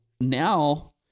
now